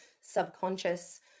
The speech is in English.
subconscious